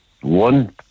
One